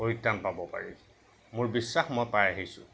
পৰিত্ৰাণ পাব পাৰি মোৰ বিশ্বাস মই পাই আহিছোঁ